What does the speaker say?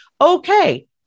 Okay